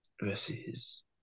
versus